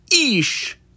Ish